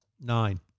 Nine